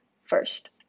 First